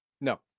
No